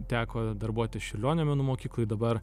teko darbuotis čiurlionio menų mokykloj dabar